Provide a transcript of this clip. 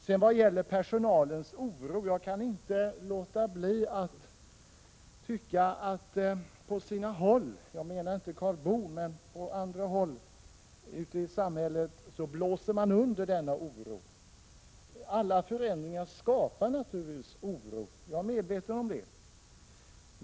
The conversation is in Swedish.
Vad gäller frågan om personalens oro kan jag inte låta bli att tycka att man på sina håll i samhället — jag avser inte Karl Boo — blåser under denna oro. Alla förändringar skapar naturligtvis oro — jag är medveten om det.